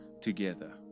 together